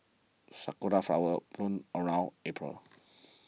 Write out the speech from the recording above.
sakura flowers bloom around April